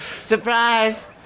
Surprise